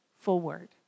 forward